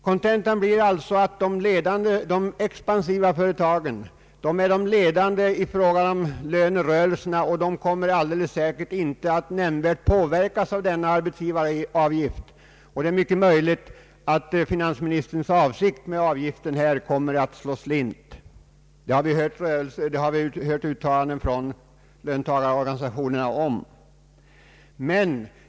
Kontentan blir alltså att de 1edande, de expansiva företagen också blir ledande i lönerörelserna. De kommer säkert inte att nämnvärt påverkas av arbetsgivaravgiften, och det är mycket möjligt att finansministerns avsikt med avgiften kommer att slå slint. Det finns uttalanden om detta från löntagarorganisationerna.